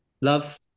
love